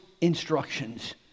instructions